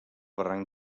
barranc